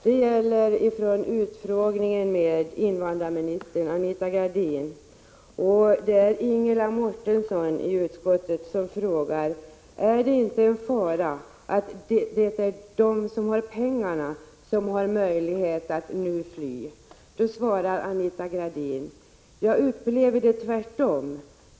Det gäller utfrågningen av invandrarminister Anita Gradin, och det är Ingela Mårtensson i utskottet som frågar: ”Är det inte en fara att det är de som har pengarna som har möjligheter att fly?” Då svarar Anita Gradin: ”Jag upplever det tvärtom.